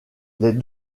les